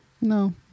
no